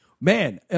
Man